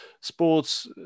sports